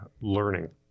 learning